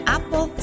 Apple